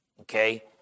okay